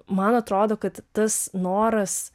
man atrodo kad tas noras